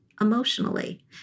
emotionally